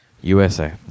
USA